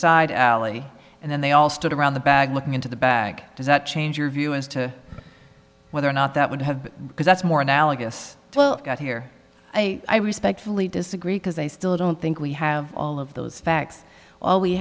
side alley and then they all stood around the bag looking into the bag does that change your view as to whether or not that would have because that's more analogous well out here i respectfully disagree because i still don't think we have all of those facts all we